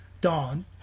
Dawn